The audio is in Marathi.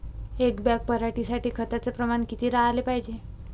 एक बॅग पराटी साठी खताचं प्रमान किती राहाले पायजे?